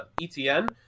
ETN –